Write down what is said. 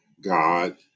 God